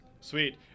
Sweet